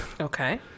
Okay